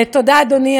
תודה, אדוני.